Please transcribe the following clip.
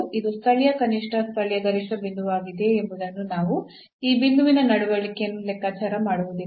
ಇದು ಸ್ಥಳೀಯ ಕನಿಷ್ಠ ಸ್ಥಳೀಯ ಗರಿಷ್ಠ ಬಿಂದುವಾಗಿದೆಯೇ ಎಂಬುದನ್ನು ನಾವು ಈ ಬಿಂದುವಿನ ನಡವಳಿಕೆಯನ್ನು ಲೆಕ್ಕಾಚಾರ ಮಾಡುವುದಿಲ್ಲ